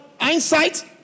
insight